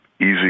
easy